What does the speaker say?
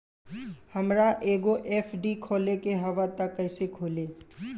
हमरा एगो एफ.डी खोले के हवे त कैसे खुली?